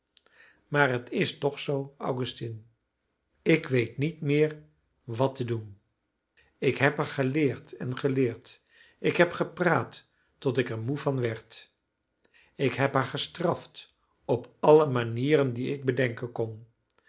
maar het is toch zoo augustine ik weet niet meer wat te doen ik heb haar geleerd en geleerd ik heb gepraat tot ik er moe van werd ik heb haar gestraft op alle manieren die ik bedenken kon